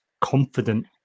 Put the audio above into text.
confident